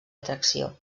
atracció